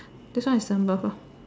this one is number four